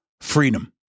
Freedom